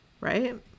Right